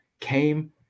came